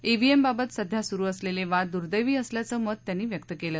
EVM बाबत सध्या सुरू असलेले वाद दुदँवी असल्याचं मत त्यांनी व्यक्त केलं